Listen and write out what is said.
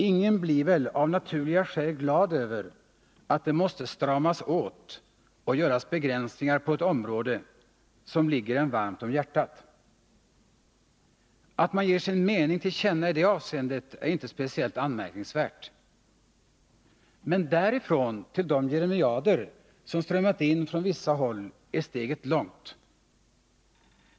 Ingen blir väl av naturliga skäl glad över att det måste stramas åt och göras begränsningar på ett område som ligger en varmt om hjärtat. Att man ger sin mening till känna i det avseendet är inte speciellt anmärkningsvärt. Men därifrån till de jeremiader som strömmat in från vissa håll är steget långt.